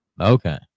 Okay